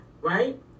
right